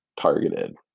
targeted